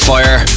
Fire